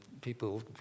people